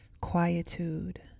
Quietude